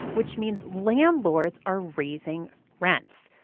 which means landlords are raising rents.